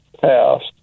passed